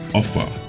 offer